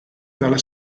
dalla